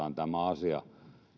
hoidetaan tämä asia